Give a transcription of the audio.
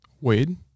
Wade